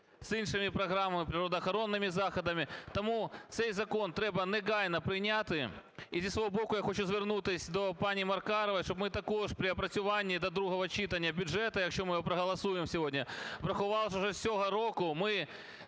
з іншими програмами, природоохоронними заходами. Тому цей закон треба негайно прийняти. І зі свого боку я хочу звернутися до пані Маркарової, щоб ми також при опрацюванні до другого читання бюджету, якщо ми його проголосуємо сьогодні, врахувавши вже з цього року, ми